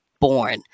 Born